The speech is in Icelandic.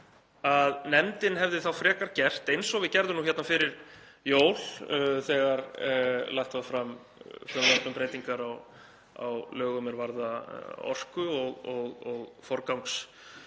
að nefndin hefði frekar, eins og við gerðum hér fyrir jól þegar lagt var fram frumvarp um breytingar á lögum er varða orku og forgangsrétt